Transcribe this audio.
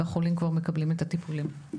והחולים כבר מקבלים את הטיפולים.